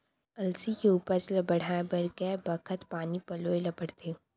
अलसी के उपज ला बढ़ए बर कय बखत पानी पलोय ल पड़थे?